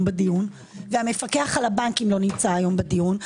בדיון והמפקח על הבנקים לא נמצא היום בדיון.